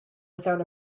without